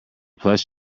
plush